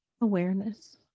awareness